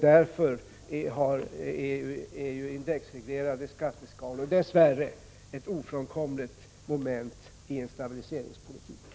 Därför är indexreglerade skatteskalor, dess värre, ett ofrånkomligt moment i en stabiliseringspolitik.